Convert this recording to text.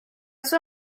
sua